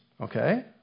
Okay